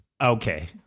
Okay